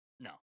No